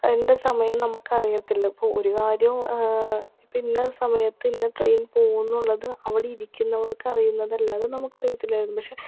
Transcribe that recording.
അതിൻ്റെ സമയം നമുക്ക് അറിയത്തില്ല ഇപ്പം ഒരു കാര്യം ഇപ്പം ഇന്ന സമയത്ത് ഇന്ന ട്രെയ്ൻ പോവും എന്നുള്ളത് അവിടെ ഇരിക്കുന്നവർക്ക് അറിയുന്നതല്ലാതെ നമുക്ക് അറിയത്തില്ലായിരുന്നു പക്ഷെ